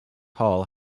hall